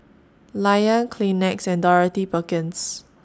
Lion Kleenex and Dorothy Perkins